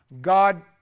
God